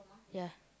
ya